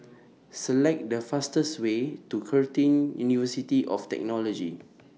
Select The fastest Way to Curtin University of Technology